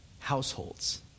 Households